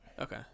Okay